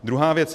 Druhá věc.